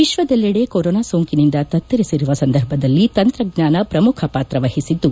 ವಿಶ್ವದಲ್ಲೆಡೆ corona ಸೋಂಕಿನಿಂದ ತತ್ತರಿಸಿರುವ ಸಂದರ್ಭದಲ್ಲಿ ತಂತ್ರಜ್ಞಾನ ಪ್ರಮುಖ ಪಾತ್ರವಹಿಸಿದ್ದು